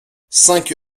cinq